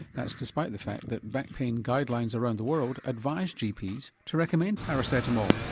that's despite the fact that back pain guidelines around the world advise gps to recommend paracetamol.